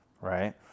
right